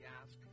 ask